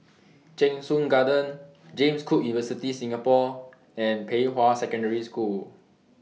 Cheng Soon Garden James Cook University Singapore and Pei Hwa Secondary School